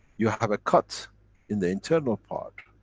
you have a cut in the internal part.